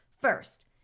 First